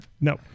No